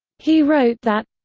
he wrote that